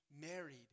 married